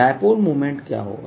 dipole moment क्या होगा